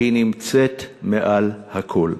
והיא נמצאת מעל הכול.